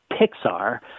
Pixar